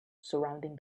surrounding